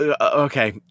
Okay